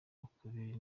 ukubiri